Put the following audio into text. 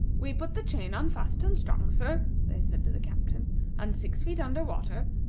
we put the chain on, fast and strong sir, they said to the captain and six feet under water.